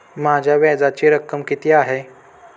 माझ्या व्याजाची रक्कम किती आहे?